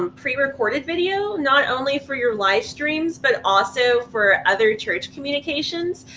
um prerecorded video, not only for your live streams, but also for other church communications.